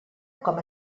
com